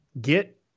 get